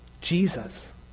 Jesus